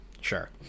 sure